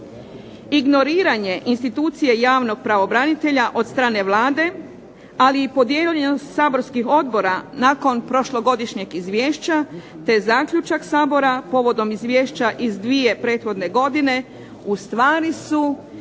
Ignoriranje institucije javnog pravobranitelja od strane Vlade, ali i podijeljenost saborskih odbora nakon prošlogodišnjeg izvješća te zaključak Sabora povodom izvješća iz dvije prethodne godine ustvari su